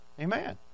Amen